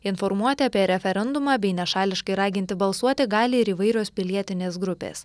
informuoti apie referendumą bei nešališkai raginti balsuoti gali ir įvairios pilietinės grupės